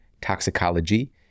toxicology